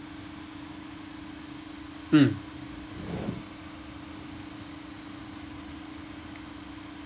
mm